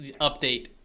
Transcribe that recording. update